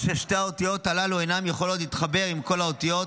כמו ששתי האותיות הללו אינן יכולות להתחבר עם כל האותיות,